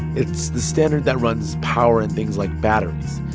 it's the standard that runs power in things like batteries.